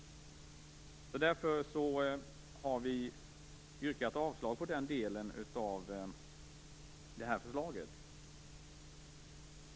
Därför har vi yrkat avslag på denna del av förslaget.